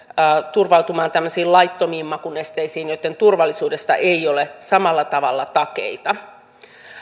turvautumaan tämmöisiin laittomiin makunesteisiin joitten turvallisuudesta ei ole samalla tavalla takeita